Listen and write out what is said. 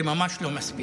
זה ממש לא מספיק.